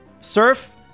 Surf